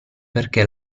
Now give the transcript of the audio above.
perché